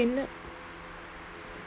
so you know